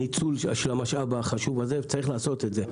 ניצול המשאב החשוב הזה, צריך לעשות את זה.